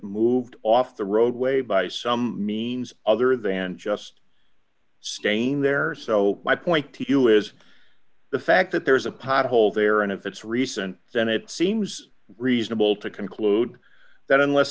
moved off the roadway by some means other than just staying there so my point to you is the fact that there is a pothole there and if it's recent then it seems reasonable to conclude that unless